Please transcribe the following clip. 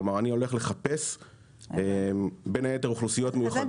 כלומר אני הולך לחפש בין היתר אוכלוסיות מיוחדות.